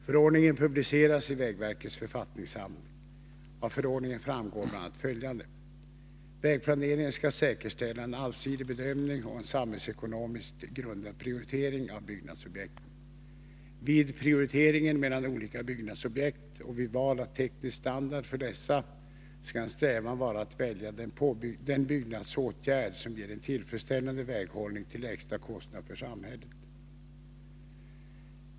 Förordningen publiceras i vägverkets författningssamling. Av förordningen framgår bl.a. följande: Vägplaneringen skall säkerställa en allsidig bedömning och en samhälls 93 ekonomiskt grundad prioritering av byggnadsobjekten. Vid prioriteringen mellan olika byggnadsobjekt och vid val av teknisk standard för dessa skall en strävan vara att välja den byggnadsåtgärd som ger en tillfredsställande väghållning till lägsta kostnad för samhället.